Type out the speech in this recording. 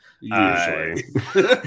Usually